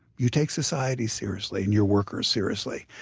you take society seriously and your workers seriously.